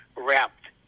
Wrapped